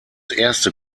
erste